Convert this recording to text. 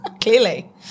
clearly